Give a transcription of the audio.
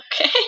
Okay